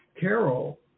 Carol